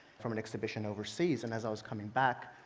from an exhibition overseas. and as i was coming back,